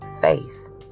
faith